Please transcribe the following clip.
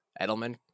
Edelman